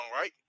right